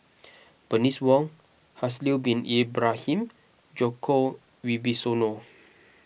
Bernice Wong Haslir Bin Ibrahim Djoko Wibisono